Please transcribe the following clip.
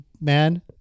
man